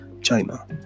china